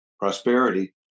prosperity